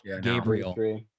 Gabriel